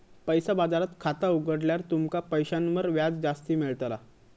पैसा बाजारात खाता उघडल्यार तुमका पैशांवर व्याज जास्ती मेळताला